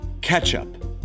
Ketchup